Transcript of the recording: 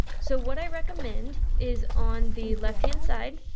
so what i recommend is on the left hand side,